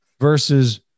versus